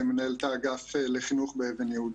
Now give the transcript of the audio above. אני מנהל את האגף לחינוך באבן יהודה.